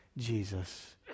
Jesus